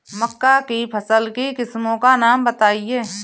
मक्का की फसल की किस्मों का नाम बताइये